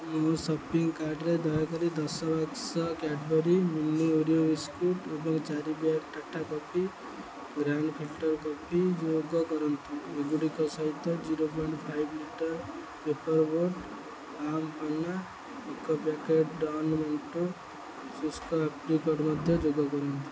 ମୋ ସପିଂ କାର୍ଟ୍ରେ ଦୟାକରି ଦଶ ବାକ୍ସ କ୍ୟାଡ଼୍ବରି ମିନି ଓରିଓ ବିସ୍କୁଟ୍ ଏବଂ ଚାରି bag Tata coffee grand filter coffee ଯୋଗ କରନ୍ତୁ ଏଗୁଡ଼ିକ ସହିତ zero point five litre Paper Boat aam panna ଏକ ପ୍ୟାକେଟ୍ ଡନ୍ ମେଣ୍ଟ ଶୁଷ୍କ ଆପ୍ରିକଟ୍ ମଧ୍ୟ ଯୋଗ କରନ୍ତୁ